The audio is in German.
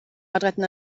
adretten